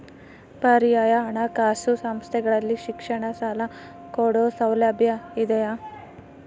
ಪರ್ಯಾಯ ಹಣಕಾಸು ಸಂಸ್ಥೆಗಳಲ್ಲಿ ಶಿಕ್ಷಣ ಸಾಲ ಕೊಡೋ ಸೌಲಭ್ಯ ಇದಿಯಾ?